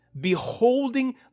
beholding